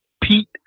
Pete